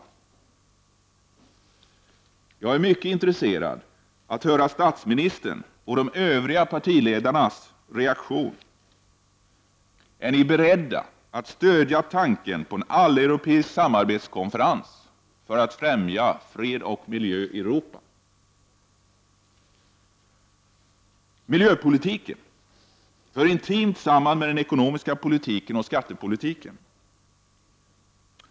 Jag är mycket intresserad av att höra statsministerns och de övriga partiledarnas reaktion. Är ni beredda att stödja tanken på en alleuropeisk samarbetskonferens för att främja fred och miljö i Europa? Miljöpolitiken hör intimt samman med den ekonomiska politiken och skattepolitiken.